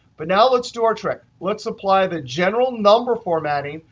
but now let's do our trick. let's apply the general number formatting,